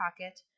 pocket